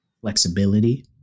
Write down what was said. flexibility